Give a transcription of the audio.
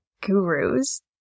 gurus